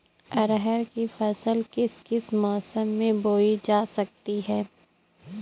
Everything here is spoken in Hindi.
अरहर की फसल किस किस मौसम में बोई जा सकती है?